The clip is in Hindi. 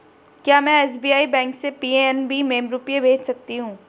क्या में एस.बी.आई बैंक से पी.एन.बी में रुपये भेज सकती हूँ?